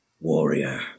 warrior